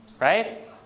right